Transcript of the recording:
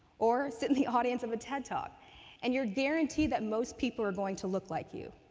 or sit in the audience of a ted talk and you're guaranteed that most people are going to look like you.